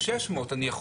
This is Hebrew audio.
אבל ב-600 אני יכול